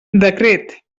decret